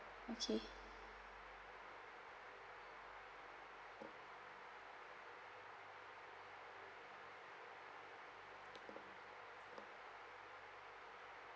okay